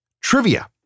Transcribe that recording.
trivia